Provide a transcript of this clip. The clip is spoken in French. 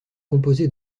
composée